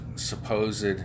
supposed